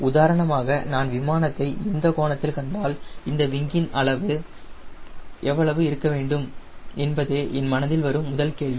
உதாரணமாக நான் விமானத்தை இந்த கோணத்தில் கண்டால் இந்த விங்கின் அளவு எவ்வளவு இருக்க வேண்டும் என்பதே என் மனதில் வரும் முதல் கேள்வி